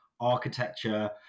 architecture